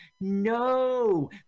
No